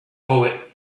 poet